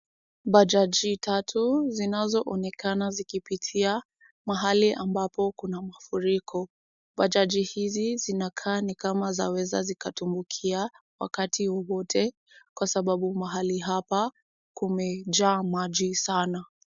Bajaji tatu zinazoonekana zikipitia mahali ambapo kuna mafuriko. Bajaji hizi zinakaa nikama zaweza zikatumbukia wakati wowote kwa sababu mahali hapa kumejaa maji sana.